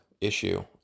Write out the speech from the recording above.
Issue